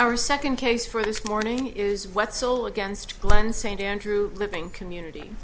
our second case for this morning is what's so against glen st andrew living community